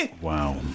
Wow